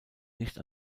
nicht